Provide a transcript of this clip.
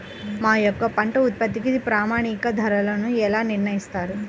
మా యొక్క పంట ఉత్పత్తికి ప్రామాణిక ధరలను ఎలా నిర్ణయిస్తారు?